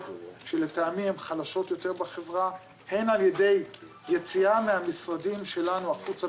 שלטעמי הן חלשות יותר בחברה הן על ידי יציאה מהמשרדים שלנו החוצה,